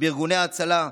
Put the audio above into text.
בארגוני ההצלה,